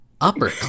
upper